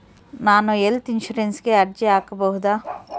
ನಾನು ಹೆಲ್ತ್ ಇನ್ಶೂರೆನ್ಸಿಗೆ ಅರ್ಜಿ ಹಾಕಬಹುದಾ?